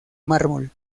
mármol